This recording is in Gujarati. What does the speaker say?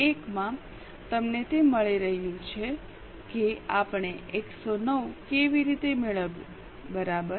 1 માં તમને તે મળી રહ્યું છે કે આપણે 109 કેવી રીતે મેળવ્યું બરાબર